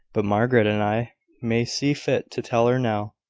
but margaret and i may see fit to tell her now.